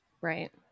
Right